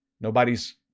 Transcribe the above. nobody's